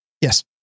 Yes